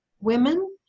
women